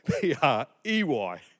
P-R-E-Y